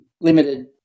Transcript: limited